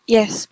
Yes